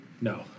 No